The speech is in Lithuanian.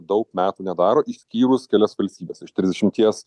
daug metų nedaro išskyrus kelias valstybes iš trisdešimties